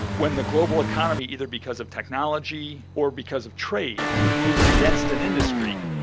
when the global economy, either because of technology or because of trade, moves against an industry,